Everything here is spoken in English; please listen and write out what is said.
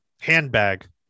handbag